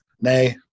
nay